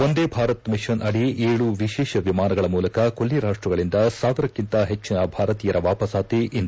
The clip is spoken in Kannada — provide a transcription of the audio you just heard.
ವಂದೇ ಭಾರತ್ ಮಿಷನ್ ಅಡಿ ಏಳು ವಿಶೇಷ ವಿಮಾನಗಳ ಮೂಲಕ ಕೊಲ್ಲಿ ರಾಷ್ಸಗಳಿಂದ ಸಾವಿರಕ್ಕಿಂತ ಹೆಚ್ಚಿನ ಭಾರತೀಯರ ವಾಪಸಾತಿ ಇಂದು